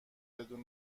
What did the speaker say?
بدون